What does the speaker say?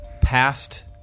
past